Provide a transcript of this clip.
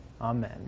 Amen